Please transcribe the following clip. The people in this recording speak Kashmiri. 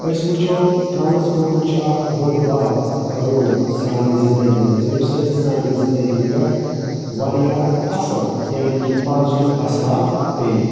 أسۍ وٕچھو ٹرانسپوٹُک چھُ اکھ بوٚڈ بارٕ رول سانہِ زِنٛدگی مَنٛز ییٚمہِ ساتہٕ زِندگی پیٹھ واریاہ اصل یعنے کہِ پوزِٹِو اَثرات پیٚیہِ